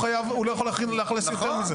הוא לא יכול לאכלס יותר.